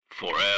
Forever